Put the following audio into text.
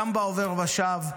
גם בעובר ושב.